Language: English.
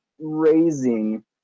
raising